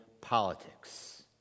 politics